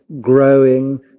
growing